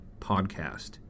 Podcast